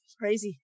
crazy